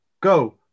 Go